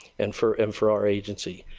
and for and for our agency.